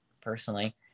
personally